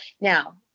Now